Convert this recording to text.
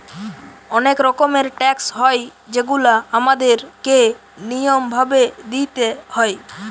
অনেক রকমের ট্যাক্স হয় যেগুলা আমাদের কে নিয়ম ভাবে দিইতে হয়